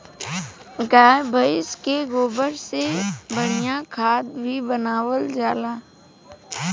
गाय भइस के गोबर से बढ़िया खाद भी बनावल जाला